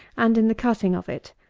and in the cutting of it.